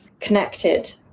connected